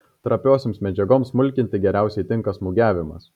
trapiosioms medžiagoms smulkinti geriausiai tinka smūgiavimas